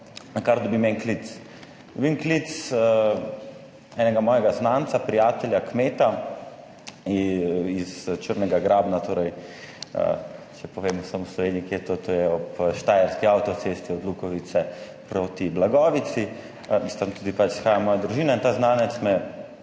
kar dobim en klic. Dobim klic enega mojega znanca, prijatelja, kmeta in iz Črnega grabna, torej, če povem vsem v Sloveniji, kje je to, to je ob štajerski avtocesti od Lukovice proti Blagovici, iz tam tudi pač izhaja moja družina in ta znanec me